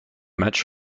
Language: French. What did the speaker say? matchs